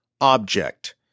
object